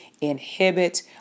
inhibit